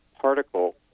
particle